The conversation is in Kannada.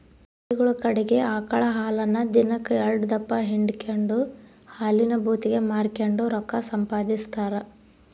ಹಳ್ಳಿಗುಳ ಕಡಿಗೆ ಆಕಳ ಹಾಲನ್ನ ದಿನಕ್ ಎಲ್ಡುದಪ್ಪ ಹಿಂಡಿಕೆಂಡು ಹಾಲಿನ ಭೂತಿಗೆ ಮಾರಿಕೆಂಡು ರೊಕ್ಕ ಸಂಪಾದಿಸ್ತಾರ